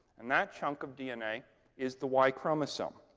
and that chunk of dna is the y chromosome.